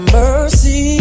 mercy